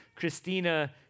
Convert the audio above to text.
Christina